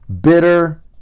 bitter